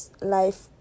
life